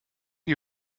die